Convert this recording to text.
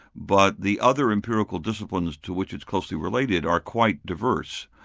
but the other empirical disciplines to which it's closely related are quite diverse,